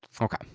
Okay